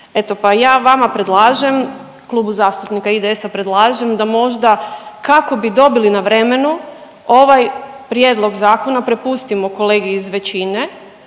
eto pa ja vama predlažem, Klubu zastupnika IDS-a predlažem da možda kako bi dobili na vremenu ovaj prijedlog zakona prepustimo kolegi iz većine